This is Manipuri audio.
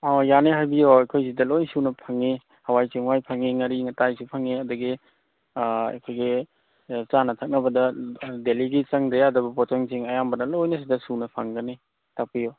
ꯑꯥ ꯌꯥꯅꯤ ꯍꯥꯏꯕꯤꯌꯣ ꯑꯩꯈꯣꯏꯁꯤꯗ ꯂꯣꯏ ꯁꯨꯅ ꯐꯪꯉꯤ ꯍꯋꯥꯏ ꯆꯦꯡꯋꯥꯏ ꯐꯪꯉꯤ ꯉꯥꯔꯤ ꯉꯇꯥꯏꯁꯨ ꯐꯪꯉꯤ ꯑꯗꯒꯤ ꯑꯩꯈꯣꯏꯒꯤ ꯆꯥꯅ ꯊꯛꯅꯕꯗ ꯗꯦꯂꯤꯒꯤ ꯆꯪꯗ ꯌꯥꯗꯕ ꯄꯣꯠꯆꯪꯁꯤꯡ ꯑꯌꯥꯝꯕꯅ ꯂꯣꯏꯅ ꯁꯤꯗꯁꯨꯅ ꯐꯪꯒꯅꯤ ꯇꯥꯛꯄꯤꯌꯨ